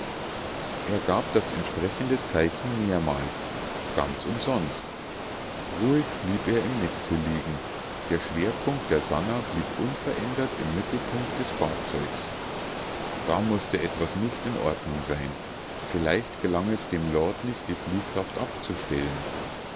er gab das entsprechende zeichen mehrmals ganz umsonst ruhig blieb er im netze liegen der schwerpunkt der sannah blieb unverändert im mittelpunkt des fahrzeugs da mußte etwas nicht in ordnung sein vielleicht gelang es dem lord nicht die fliehkraft abzustellen